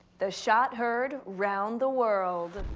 the shot heard round the world.